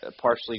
partially